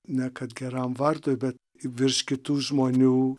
ne kad geram vardui bet virš kitų žmonių